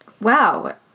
Wow